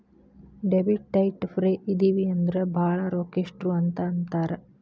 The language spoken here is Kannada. ಡೆಬಿಟ್ ಡೈಟ್ ಫ್ರೇ ಇದಿವಿ ಅಂದ್ರ ಭಾಳ್ ರೊಕ್ಕಿಷ್ಟ್ರು ಅಂತ್ ಅಂತಾರ